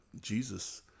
Jesus